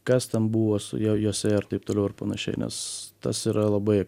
kas ten buvo su jo juose ir taip toliau ir panašiai nes tas yra labai